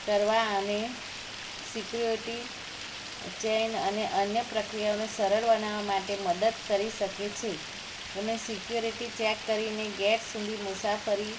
કરવા અને security chain અને અન્ય પ્રક્રિયાઓને સરળ બનાવા માટે મદદ કરી શકે છે તમે સિક્યુરિટી ચેક કરીને ગેટ સુધી મુસાફરી